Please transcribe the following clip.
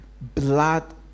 blood